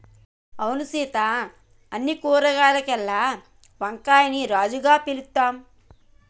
అవును సీత అన్ని కూరగాయాల్లోకెల్లా వంకాయని రాజుగా పిలుత్తాం